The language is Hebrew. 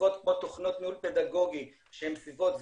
בסביבות עוד תוכנות ניהול פדגוגי שהן סביבות סגורות,